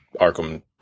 Arkham